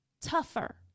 tougher